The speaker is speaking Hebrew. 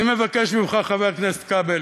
אני מבקש ממך, חבר הכנסת כבל,